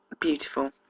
beautiful